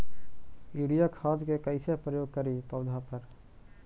Urea खाद के कैसे प्रयोग करि पौधा पर?